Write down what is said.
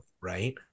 right